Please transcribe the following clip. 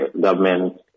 government